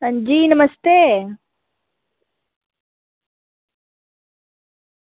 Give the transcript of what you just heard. अंजी नमस्ते